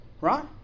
right